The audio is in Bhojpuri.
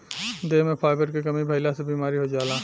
देह में फाइबर के कमी भइला से बीमारी हो जाला